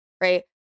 right